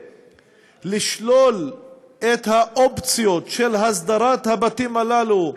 ומנסים לשלול את האופציות של הסדרת הבתים הללו,